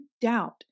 doubt